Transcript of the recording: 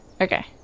Okay